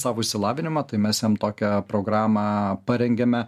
savo išsilavinimą tai mes jam tokią programą parengėme